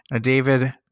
David